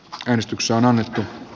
krens tyks on annettu